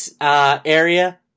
area